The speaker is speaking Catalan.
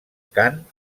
cant